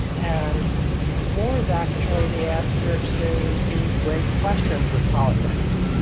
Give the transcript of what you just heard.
and war is actually the answer to the great questions of politics.